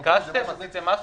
ביקשתם, עשיתם משהו?